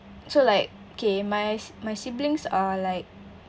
so like okay my my siblings are like